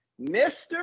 Mr